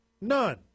None